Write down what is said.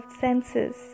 senses